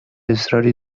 اصراری